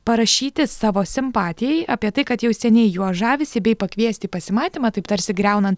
parašyti savo simpatijai apie tai kad jau seniai juo žavisi bei pakviesti į pasimatymą taip tarsi griaunant